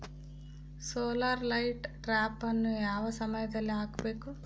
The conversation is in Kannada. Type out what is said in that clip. ಸೋಲಾರ್ ಲೈಟ್ ಟ್ರಾಪನ್ನು ಯಾವ ಸಮಯದಲ್ಲಿ ಹಾಕಬೇಕು?